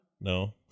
No